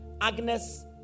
Agnes